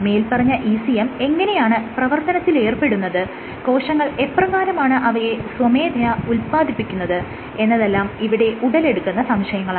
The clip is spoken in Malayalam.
മേല്പറഞ്ഞ ECM എങ്ങനെയാണ് പ്രവർത്തനത്തിലേർപ്പെടുന്നത് കോശങ്ങൾ എപ്രകാരമാണ് അവയെ സ്വമേധയ ഉത്പാദിപ്പിക്കുന്നത് എന്നതെല്ലാം ഇവിടെ ഉടലെടുക്കുന്ന സംശയങ്ങളാണ്